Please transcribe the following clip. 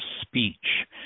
speech